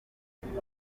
mukuru